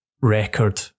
record